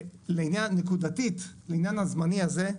נקודתית לעניין הזמני הזה,